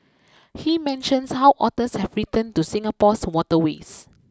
he mentions how otters have returned to Singapore's waterways